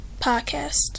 podcast